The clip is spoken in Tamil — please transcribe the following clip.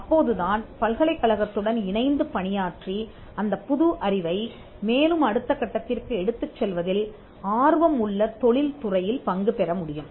அப்போதுதான் பல்கலைக்கழகத்துடன் இணைந்து பணியாற்றி அந்தப் புது அறிவை மேலும் அடுத்த கட்டத்திற்கு எடுத்துச் செல்வதில் ஆர்வம் உள்ள தொழில்துறையில் பங்கு பெற முடியும்